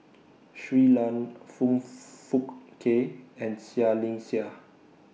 Shui Lan Foong Fook Kay and Seah Liang Seah